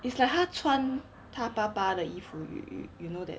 it's like 他穿他爸爸的衣服 you you know that